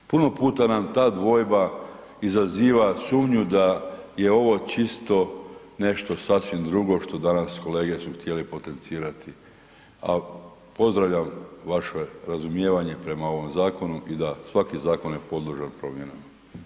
Puno puta nam ta dvojba izaziva sumnju da je ovo čisto nešto sasvim drugo što danas kolege su htjeli potencirati, a pozdravljam vaše razumijevanje prema ovom zakonu i da svaki zakon je podložan promjenama.